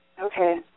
Okay